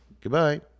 Goodbye